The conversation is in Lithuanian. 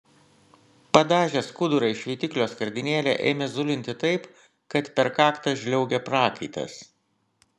padažęs skudurą į šveitiklio skardinėlę ėmė zulinti taip kad per kaktą žliaugė prakaitas